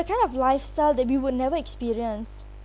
kind of lifestyle that we will never experience